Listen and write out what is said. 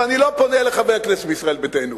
ואני לא פונה אל חברי הכנסת מישראל ביתנו,